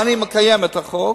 ואני מקיים את החוק,